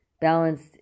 balanced